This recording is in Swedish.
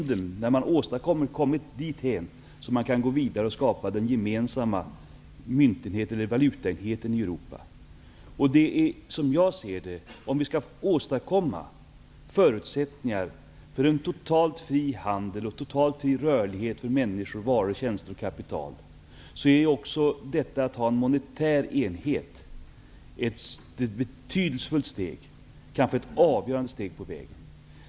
Det är när man har kommit dithän som man kan gå vidare och skapa den gemensamma valutaenheten i Europa. Om vi skall åstadkomma förutsättningar för en totalt fri handel och totalt fri rörlighet för människor, varor, tjänster och kapital, är detta att ha en monetär enhet, som jag ser det, ett betydelsefullt steg, kanske ett avgörande steg på vägen.